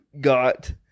got